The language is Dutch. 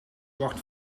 wacht